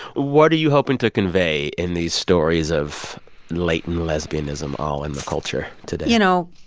what are you hoping to convey in these stories of latent lesbianism all in the culture today? you know,